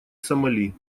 сомали